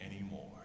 anymore